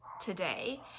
today